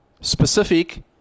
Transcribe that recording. specific